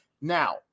now